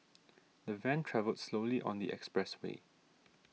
the van travelled slowly on the expressway